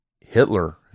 hitler